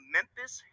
Memphis